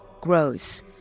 grows